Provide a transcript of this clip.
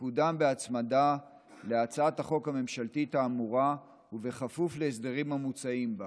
תקודם בהצמדה להצעת החוק הממשלתית האמורה ובכפוף להסדרים המוצעים בה.